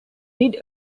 did